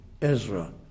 Ezra